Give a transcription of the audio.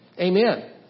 Amen